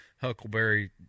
huckleberry